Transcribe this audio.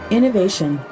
Innovation